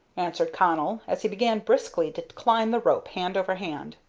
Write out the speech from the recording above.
answered connell, as he began briskly to climb the rope, hand over hand.